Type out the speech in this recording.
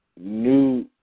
new